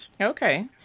Okay